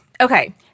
Okay